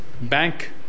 bank